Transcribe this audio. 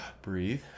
Breathe